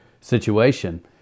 situation